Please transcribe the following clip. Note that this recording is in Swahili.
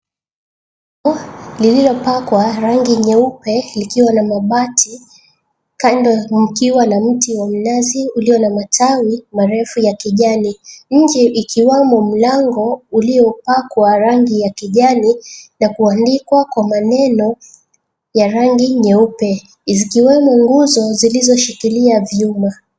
Lililopakwa rangi nyeupe likiwa na mabati kando mkiwa na mti wa mnazi ulio na matawi kavu marefu ya kijani, nje ikiwamo mlango uliopakwa rangi ya kijani na kuandikwa kwa maneno ya rangi nyeupe, zikiwemo nguzo zilizoshikilia vyuma.